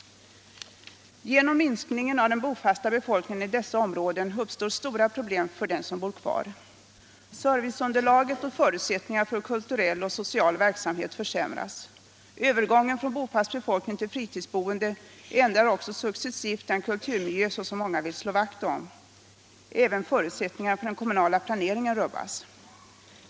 Genom minskningen av den bofasta befolkningen i dessa områden uppstår stora problem för dem som bor kvar. Serviceunderlaget och förutsättningarna för kulturell och social verksamhet försämras. Övergången från bofast befolkning till fritidsboende ändrar också successivt den kulturmiljö som så många vill slå vakt om. Även förutsättningarna för den kommunala planeringen rubbas.